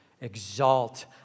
Exalt